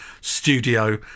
studio